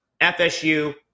FSU